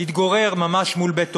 שהתגורר ממש מול בית הורי.